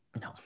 No